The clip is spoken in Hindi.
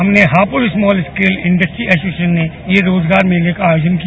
हमने Hapur small scale industries association ने यह रोजगार मेले का आयोजन किया